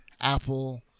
Apple